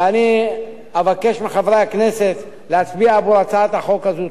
ואני אבקש מחברי הכנסת להצביע עבור הצעת החוק הזאת.